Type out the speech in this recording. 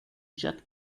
jacques